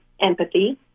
empathy